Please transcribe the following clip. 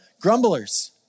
grumblers